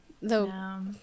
No